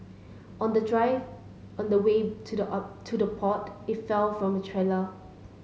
on the drive on the way to the art to the port it fell from a trailer